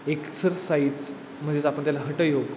exercise म्हणजेच आपण त्याला हठयोग